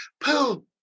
Pooh